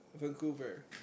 Vancouver